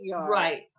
right